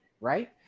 right